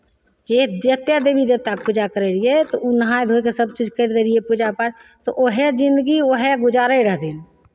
जे जतेक देवी देवताके पूजा करैत रहियै तऽ ओ नहाय धोय कऽ सभचीज करि लैत रहियै पूजा पाठ तऽ उएह जिंदगी उएह गुजारै रहथिन